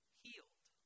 healed